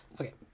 Okay